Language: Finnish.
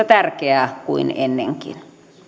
tärkeää kuin ennenkin